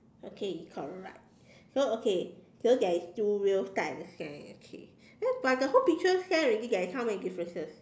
okay correct so okay okay but the whole picture share already there is how many differences